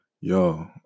Yo